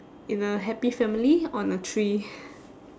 in a happy family on a tree